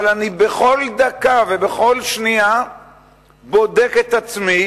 אבל אני בכל דקה ובכל שנייה בודק את עצמי